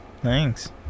thanks